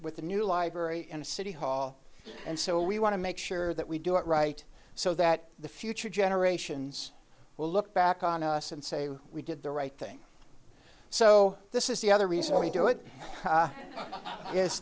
with the new library in the city hall and so we want to make sure that we do it right so that the future generations will look back on us and say we did the right thing so this is the other reason we do it